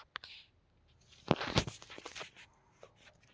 ಮಣ್ಣಿನ ಸವಕಳಿ ಗುಣಮಟ್ಟ ಫಲವತ್ತತೆ ಮ್ಯಾಲ ಪರಿಣಾಮಾ ಬೇರತತಿ